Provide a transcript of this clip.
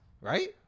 right